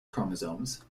chromosomes